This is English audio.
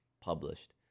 published